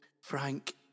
frank